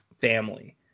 family